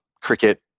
cricket